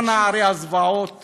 או עם נערי הזוועות